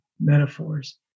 metaphors